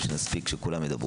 שנספיק ושכולם ידברו.